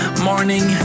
morning